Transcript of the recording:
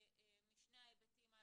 המיוחד,